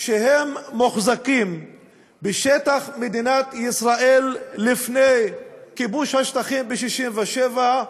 שהם מוחזקים בשטח מדינת ישראל לפני כיבוש השטחים ב-67',